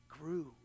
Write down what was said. grew